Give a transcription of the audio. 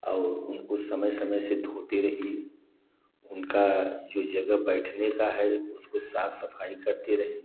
और उनको समय समय से धोते रहिए उनका जो जगह बैठने का है उसको साफ सफाई करते रहिए